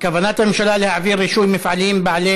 כוונת הממשלה להעביר רישוי מפעלים בעלי